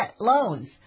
loans